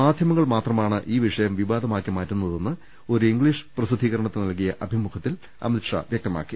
മാധ്യമ ങ്ങൾ മാത്രമാണ് ഈ വിഷയം വിവാദമാക്കി മാറ്റുന്നതെന്നും ഒരു ഇംഗ്ലീഷ് പ്രസിദ്ധീകരണത്തിന് നൽകിയ അഭിമുഖത്തിൽ അമിത് ഷാ വൃക്തമാക്കി